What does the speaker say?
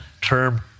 term